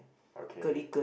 okay